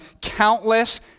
countless